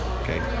okay